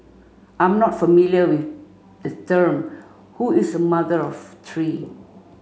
I'm not familiar with the term who is a mother of three